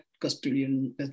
custodian